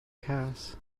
cas